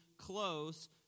close